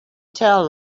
tell